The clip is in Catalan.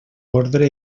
ordre